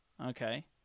Okay